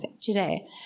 today